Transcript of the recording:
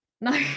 No